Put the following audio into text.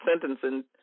sentencing